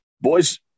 Boys